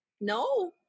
no